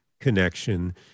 connection